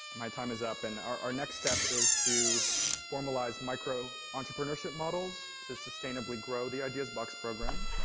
my time is up. and our next step is to formalize micro entrepreneurship models to sustainably grow the ideas box program.